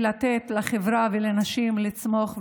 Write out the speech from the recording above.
לתת לחברה ולנשים לצמוח,